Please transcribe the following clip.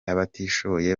abatishoboye